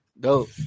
Go